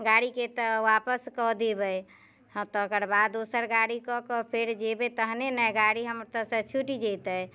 गाड़ीके तऽ आपस कऽ देबै हँ तेकर बाद दोसर गाड़ी कऽ के फेर जयबै तहने ने गाड़ी हम एतऽसँ छूटि जेतैक